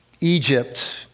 Egypt